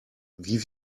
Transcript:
wie